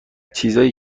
چیزایی